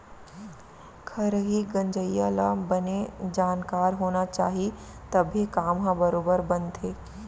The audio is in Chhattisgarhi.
खरही गंजइया ल बने जानकार होना चाही तभे काम ह बरोबर बनथे